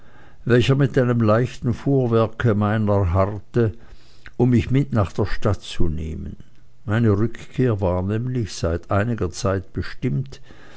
welcher mit einem leichten fuhrwerke meiner harrte um mich mit nach der stadt zu nehmen meine rückkehr war nämlich seit einiger zeit bestimmt